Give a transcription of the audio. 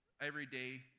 everyday